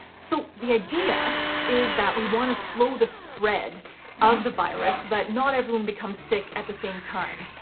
so the idea is that we want to slow the spread of the virus, but not everyone becomes sick at the same time.